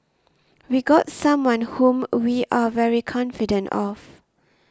we got someone whom we are very confident of